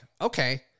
okay